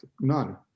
none